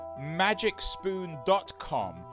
magicspoon.com